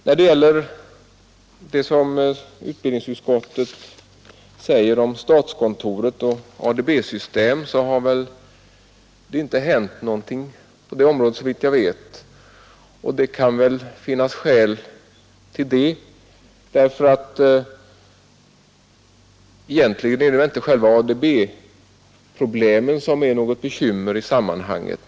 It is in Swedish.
När det gäller det som utbildningsutskottet sagt om statskontoret och ADB-system så har det inte på det området hänt någonting såvitt jag vet. Och det har väl sina skäl; det är inte själva ADB-problemen som är något bekymmer i sammanhanget.